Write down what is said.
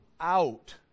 out